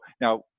now